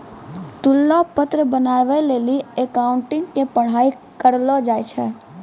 तुलना पत्र बनाबै लेली अकाउंटिंग के पढ़ाई करलो जाय छै